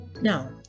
Now